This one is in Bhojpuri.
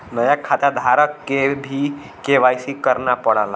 नया खाताधारक के भी के.वाई.सी करना पड़ला